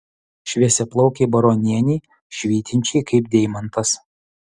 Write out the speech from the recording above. šviesiaplaukei baronienei švytinčiai kaip deimantas